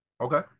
Okay